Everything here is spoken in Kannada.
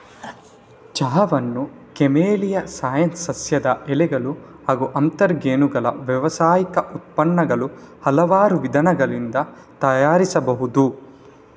ಚಹಾವನ್ನು ಕೆಮೆಲಿಯಾ ಸೈನೆನ್ಸಿಸ್ ಸಸ್ಯದ ಎಲೆಗಳು ಹಾಗೂ ಅಂತರಗೆಣ್ಣುಗಳ ವ್ಯಾವಸಾಯಿಕ ಉತ್ಪನ್ನಗಳ ಹಲವಾರು ವಿಧಾನಗಳಿಂದ ತಯಾರಿಸಬಹುದು